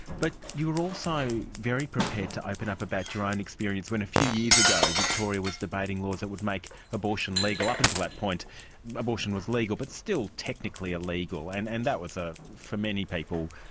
but you were also very prepared to open up about your own experience when a few years ago victoria was debating laws that would make abortion legal. up until that point abortion was legal but still technically illegal and and that was a, for many people,